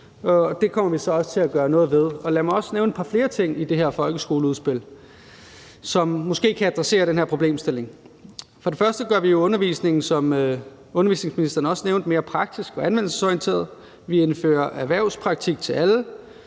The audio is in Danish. det kommer vi også til at gøre noget ved. Lad mig også nævne nogle flere ting i det her folkeskoleudspil, som måske kan adressere den her problemstilling. For det første gør vi undervisningen, hvad undervisningsministern også nævnte, mere praktisk og anvendelsesorienteret. Vi indfører erhvervspraktik til alle,